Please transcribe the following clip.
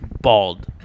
Bald